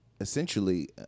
essentially